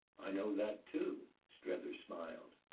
i know that too, strether smiled.